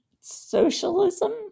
socialism